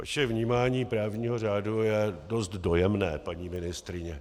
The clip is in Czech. Vaše vnímání právního řádu je dost dojemné, paní ministryně.